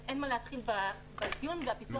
אז אין מה להתחיל באפיון והפיתוח.